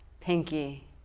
pinky